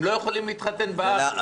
הם לא יכולים להתחתן בארץ.